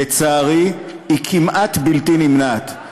לצערי, היא כמעט בלתי נמנעת.